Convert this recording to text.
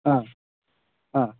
ಹಾಂ ಹಾಂ